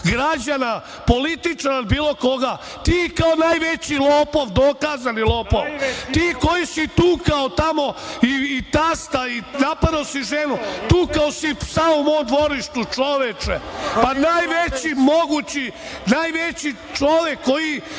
građana, političara, bilo koga, ti kao najveći lopov, dokazani lopov, ti koji si tukao tamo i tasta i napadao si ženu, tukao si psa u mom dvorištu, čoveče, a najveći mogući čovek koji